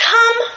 Come